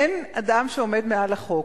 אין אדם שעומד מעל לחוק,